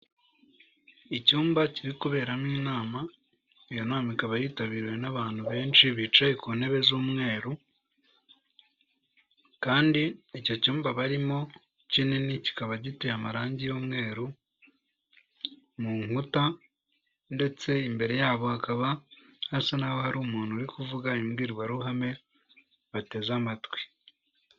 Icyumba kiri kuberamo inama, iyo nama ikaba yitabiriwe n'abantu benshi bicaye ku ntebe z'umweru, kandi icyo cyumba barimo kinini kikaba giteye amarangi y'umweru mu nkuta ndetse imbere yabo hakaba hasa n'aho hari umuntu uri kuvuga imbwirwaruhame bateze amatwi.